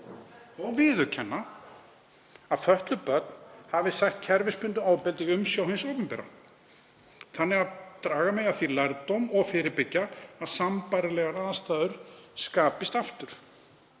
og viðurkenna að fötluð börn hafi sætt kerfisbundnu ofbeldi í umsjá hins opinbera, þannig að draga megi af því lærdóm, og fyrirbyggja að sambærilegar aðstæður skapist aftur.